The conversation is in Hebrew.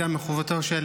וגם מחובתו של